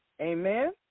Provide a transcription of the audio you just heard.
Amen